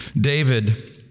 David